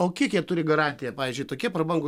o kiek jie turi garantiją pavyzdžiui tokie prabangūs